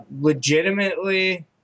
Legitimately